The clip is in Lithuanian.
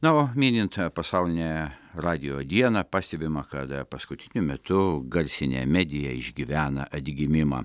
na o minint pasaulinę radijo dieną pastebima kad paskutiniu metu garsinė medija išgyvena atgimimą